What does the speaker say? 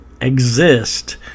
exist